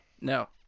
No